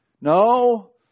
No